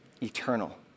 eternal